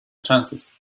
chances